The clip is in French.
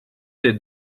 des